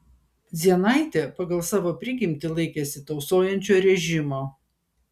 dzienaitė pagal savo prigimtį laikėsi tausojančio režimo